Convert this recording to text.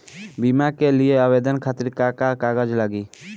बीमा के लिए आवेदन खातिर का का कागज चाहि?